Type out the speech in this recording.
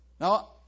Now